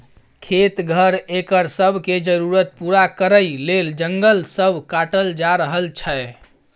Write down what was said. खेत, घर, एकर सब के जरूरत पूरा करइ लेल जंगल सब काटल जा रहल छै